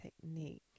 technique